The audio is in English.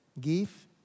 Give